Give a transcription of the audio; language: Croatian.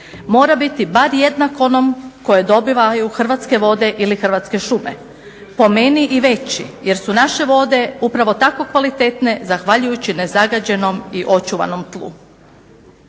mora biti bar jednak onom koje dobivaju Hrvatske vode ili Hrvatske šume, po meni i veći jer su naše vode upravo tako kvalitetne zahvaljujući nezagađenom i očuvanom tlu.